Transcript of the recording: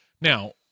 now